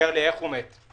איך הוא מת,